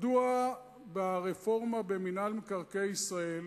מדוע ברפורמה במינהל מקרקעי ישראל,